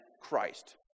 Christ